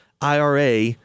IRA